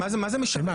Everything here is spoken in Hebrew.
מה זה משנה?